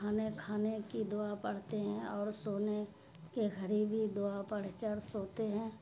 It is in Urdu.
کھانے کھانے کی دعا پڑھتے ہیں اور سونے کے گھڑی دعا پڑھ کر سوتے ہیں